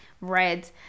red